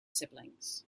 siblings